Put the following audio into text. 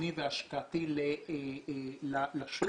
תכנוני והשקעתי לשוק